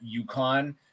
UConn